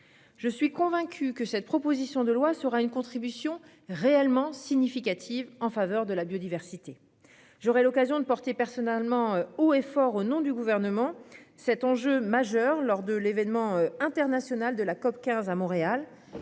Je suis convaincu que cette proposition de loi sera une contribution réellement significative en faveur de la biodiversité. J'aurai l'occasion de porter personnellement haut et fort au nom du gouvernement, cet enjeu majeur lors de l'événement international de la COP15 à Montréal.